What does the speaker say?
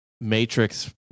Matrix